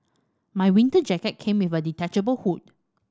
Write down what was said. my winter jacket came with a detachable hood